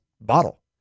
bottle